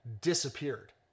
disappeared